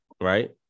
right